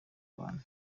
y’abantu